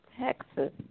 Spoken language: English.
Texas